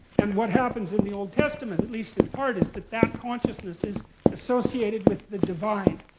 and what happens in the old testament, at least in part, is that that consciousness is associated with the divine.